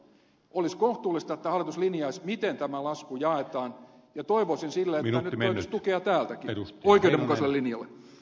olisi kohtuullista että hallitus linjaisi miten tämä lasku jaetaan ja toivoisin sillä että nyt löytyisi tukea täältäkin oikeudenmukaiselle linjalle